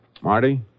Marty